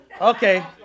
Okay